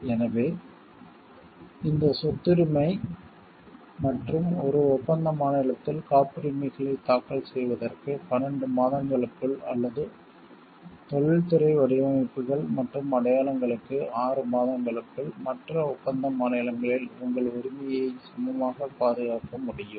எனவே இந்த சொத்துரிமை மற்றும் ஒரு ஒப்பந்த மாநிலத்தில் காப்புரிமைகளை தாக்கல் செய்வதற்கு 12 மாதங்களுக்குள் அல்லது தொழில்துறை வடிவமைப்புகள் மற்றும் அடையாளங்களுக்கு 6 மாதங்களுக்குள் மற்ற ஒப்பந்த மாநிலங்களில் உங்கள் உரிமையை சமமாகப் பாதுகாக்க முடியும்